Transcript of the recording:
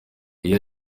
iyo